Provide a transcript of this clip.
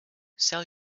sell